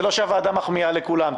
זה לא שהוועדה מחמיאה לכולם,